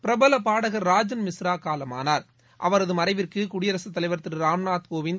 பிரபல பாடகர் ராஜன் மிஸ்ரா காலமானார் அவரது மறைவிற்கு குடியரசு தலைவர் திரு ராம்நூத் கோவிந்த்